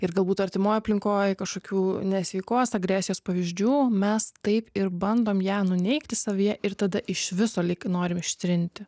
ir galbūt artimoj aplinkoj kažkokių nesveikos agresijos pavyzdžių mes taip ir bandom ją nuneigti savyje ir tada iš viso lyg norim ištrinti